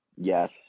Yes